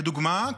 לדוגמה,